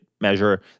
measure